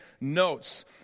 notes